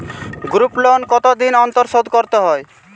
Group loan কতদিন অন্তর শোধকরতে হয়?